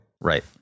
Right